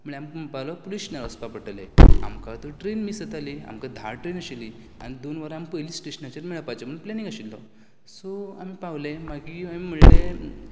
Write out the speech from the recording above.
म्हळ्यार आमकां म्हणपाक लागलो पुलीस स्टेशनार वसपाक पडटलें आमकां तर ट्रेन मीस जाताली आमकां धा ट्रेन आशिल्ली आनी दोन वरां आमी पयलीं स्टेशनाचेर मेळपाचें म्हण प्लेनींग आशिल्लो सो आमी पावले मागीर हांयेन म्हणलें